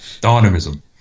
Dynamism